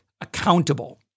accountable